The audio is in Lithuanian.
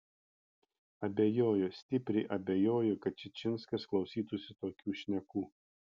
abejoju stipriai abejoju kad čičinskas klausytųsi tokių šnekų